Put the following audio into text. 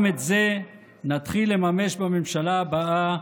גם את זה נתחיל לממש בממשלה הבאה,